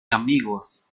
amigos